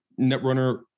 Netrunner